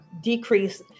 decrease